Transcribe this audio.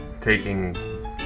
taking